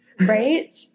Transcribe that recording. right